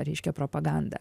reiškia propaganda